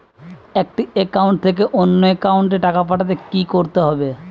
একটি একাউন্ট থেকে অন্য একাউন্টে টাকা পাঠাতে কি করতে হবে?